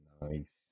Nice